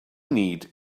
need